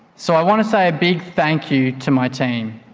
so i want to say a big thank you to my team.